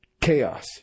Chaos